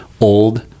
old